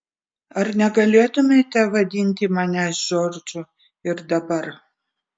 ar negalėtumėte vadinti manęs džordžu ir dabar